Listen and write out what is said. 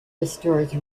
restores